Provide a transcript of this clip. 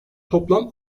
toplam